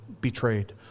betrayed